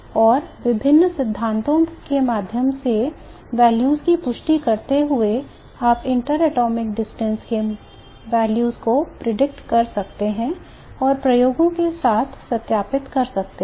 और विभिन्न सिद्धांतों के माध्यम से values की पुष्टि करते हुए आप interatomic distance के value को प्रिडिक्ट कर सकते हैं और प्रयोगों के साथ सत्यापित कर सकते हैं